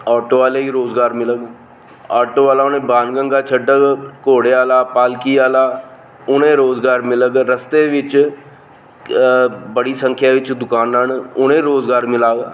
auto आहले गी रोजगार मिलग आटो आहला उ'नें गी बाण गंगा छड्डग फिर घोड़े आह्ला पालकी आहला उ'नें गी रोजगार मिलग रस्ते बिच ते बड़ी संख्या बिच दकानां न उ'नें गी रोजगार मिलग